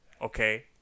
okay